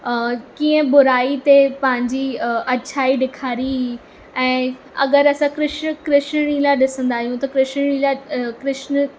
अं कीअं बुराई ते पंहिंजी अ अच्छाई ॾेखारी हुई ऐं अगरि असां कृष्ण कृष्णलीला ॾिसंदा आहियूं त कृष्णलीला अ कृष्ण